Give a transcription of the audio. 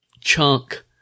chunk